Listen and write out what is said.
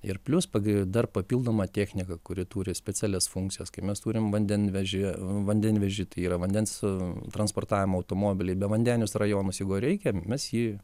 ir plius pag dar papildoma technika kuri turi specialias funkcijas kai mes turim vandenvežį vandenvežį tai yra vandens transportavimo automobilį bevandeniuose rajonuose jeigu reikia mes jį